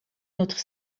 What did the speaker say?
notre